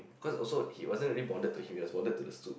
cause also he wasn't really bonded to him he was bonded to the suit